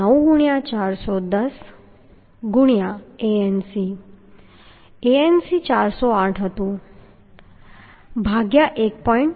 9 ગુણ્યાં 410 ગુણ્યાં Anc 408 હતું ભાગ્યા 1